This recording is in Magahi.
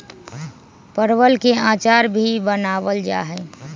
परवल के अचार भी बनावल जाहई